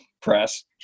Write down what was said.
press